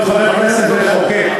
להיות חבר כנסת ולחוקק.